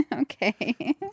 Okay